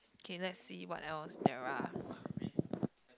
okay let's see what else there are